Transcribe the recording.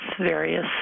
various